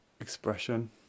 expression